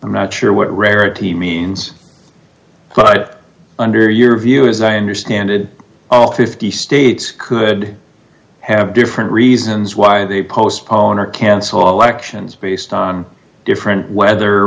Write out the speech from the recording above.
i'm not sure what rarity means but under your view as i understand it all fifty states could have different reasons why they postpone or cancel all elections based on different weather